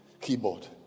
keyboard